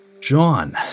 John